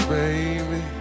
baby